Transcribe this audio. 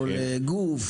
לגוף